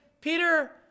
Peter